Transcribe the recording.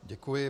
Děkuji.